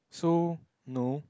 so no